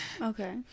Okay